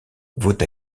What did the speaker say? vaut